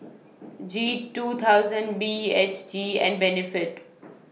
G two thousand B H G and Benefit